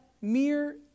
mere